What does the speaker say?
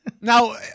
Now